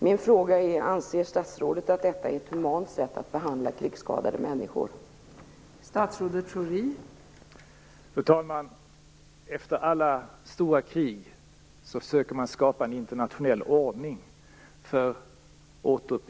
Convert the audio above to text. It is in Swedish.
Min fråga är: Anser statsrådet att detta är ett humant sätt att behandla krigsskadade människor på?